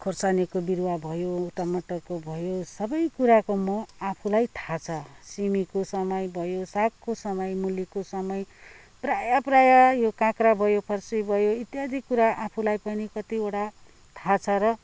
खोर्सानीको बिरुवा भयो टमाटरको भयो सबै कुराको म आफूलाई थाह छ सिमीको समय भयो सागको समय मुलीको समय प्राय प्राय यो काँक्रो भयो फर्सी भयो इत्यादि कुरा आफूलाई पनि कतिवटा थाह छ र